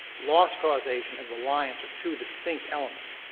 loss causation and reliance are two distinct elements.